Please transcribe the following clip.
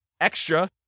extra